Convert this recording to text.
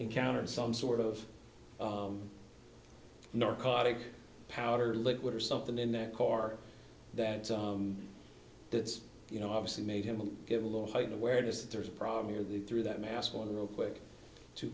encountered some sort of narcotic powder liquid or something in that car that that's you know obviously made him give a little heightened awareness that there's a problem here they threw that mask on real quick to